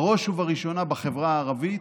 בראש ובראשונה בחברה הערבית,